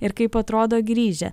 ir kaip atrodo grįžę